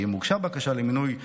ואם הוגשה בקשה למינוי אפוטרופוס,